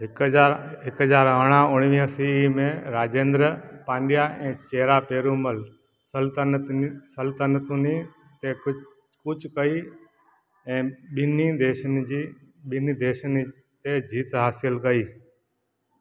हिकु हज़ार हिकु हज़ार अरड़हां उणिवीह सी ई में राजेंद्र पांड्या ऐं चेरा पेरूमल सल्तनतुनि सल्तनतुनि ते कू कूचि कई ऐं ॿिन्ही देशनि जी ॿिन्ही देशनि ते जीत हासिलु कई